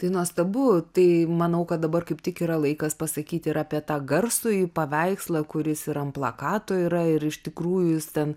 tai nuostabu tai manau kad dabar kaip tik yra laikas pasakyti ir apie tą garsųjį paveikslą kuris ir ant plakato yra ir iš tikrųjų jūs ten